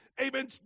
amen